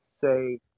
say